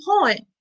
point